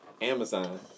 Amazon